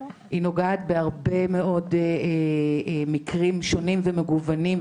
והיא נוגעת בהרבה מאוד מקרים שונים ומגוונים,